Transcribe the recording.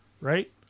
right